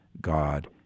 God